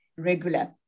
regular